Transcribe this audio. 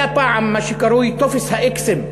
היה פעם מה שקרוי "טופס האיקסים".